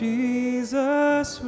Jesus